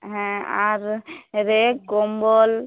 হ্যাঁ আর রেড কম্বল